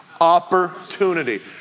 opportunity